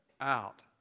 out